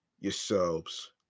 yourselves